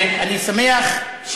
אני שמח,